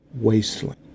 Wasteland